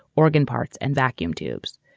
organ parts, and vacuum tubes.